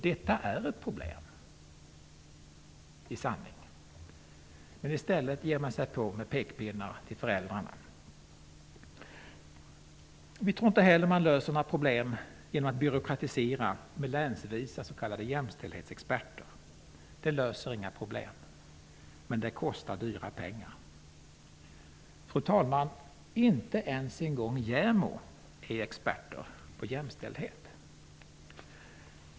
Detta är i sanning ett problem. I stället går ni på med pekpinnarna mot föräldrarna. Vi tror inte heller att några problem löses genom att byråkratisera med länsvisa s.k. jämställdhetsexperter. Det löser inga problem. Men det kostar dyra pengar. Fru talman! Inte ens en gång JämO är expert på jämställdhet.